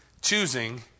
choosing